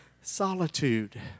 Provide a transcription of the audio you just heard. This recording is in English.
solitude